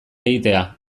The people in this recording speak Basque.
egitea